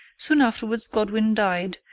soon afterwards godwin died,